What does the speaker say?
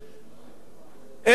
אין לנו על מי לסמוך